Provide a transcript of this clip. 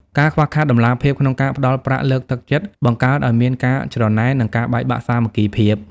ការខ្វះខាតតម្លាភាពក្នុងការផ្ដល់ប្រាក់លើកទឹកចិត្ត បង្កើតឱ្យមានការច្រណែន និងការបែកបាក់សាមគ្គីភាព។